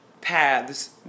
paths